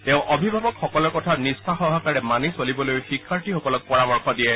তেওঁ অভিভাৱকসকলৰ কথা নিষ্ঠাসহকাৰে মানি চলিবলৈও শিক্ষাৰ্থীসকলক পৰামৰ্শ দিয়ে